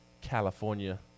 California